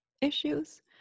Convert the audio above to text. issues